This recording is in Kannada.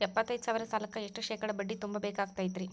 ಎಪ್ಪತ್ತೈದು ಸಾವಿರ ಸಾಲಕ್ಕ ಎಷ್ಟ ಶೇಕಡಾ ಬಡ್ಡಿ ತುಂಬ ಬೇಕಾಕ್ತೈತ್ರಿ?